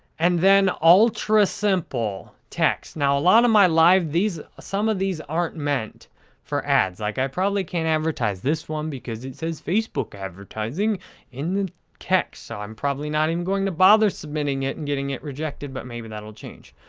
and then, ultra-simple text. now, a lot of my live, these, some of these aren't meant for ads, like i probably can't advertise this one because it says facebook advertising in the text, so i'm probably not even going to bother submitting it and getting it rejected, but maybe that will change.